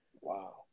Wow